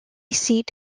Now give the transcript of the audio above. seat